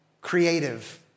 creative